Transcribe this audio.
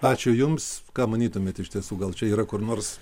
ačiū jums ką manytumėt iš tiesų gal čia yra kur nors